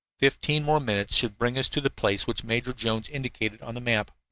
fifteen more minutes should bring us to the place which major jones indicated on the map.